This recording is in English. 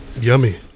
Yummy